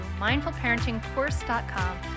mindfulparentingcourse.com